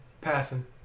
Passing